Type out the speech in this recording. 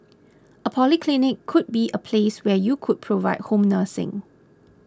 a polyclinic could be a place where you could provide home nursing